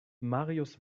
marius